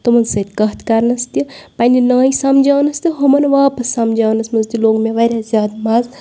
تِمَن سۭتۍ کَتھ کَرنَس تہِ پنٛنہِ نانۍ سَمجاونَس تہٕ ہُمَن واپَس سَمجاونَس منٛز تہِ لوٚگ مےٚ واریاہ زیادٕ مَزٕ